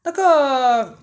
那个